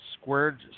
Squared